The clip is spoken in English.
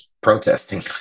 protesting